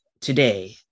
today